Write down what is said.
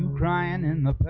ryan in the